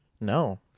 no